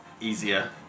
easier